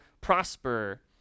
prosper